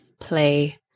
play